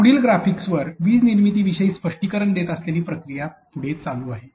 पुढील ग्राफिक्सवर वीज निर्मितीविषयी स्पष्टीकरण देत असलेली प्रकिया पुढे चालू आहे